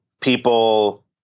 people